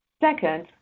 Second